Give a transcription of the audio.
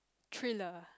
trailer